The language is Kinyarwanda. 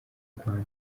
rwanda